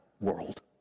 world